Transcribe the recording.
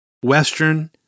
Western